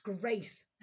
great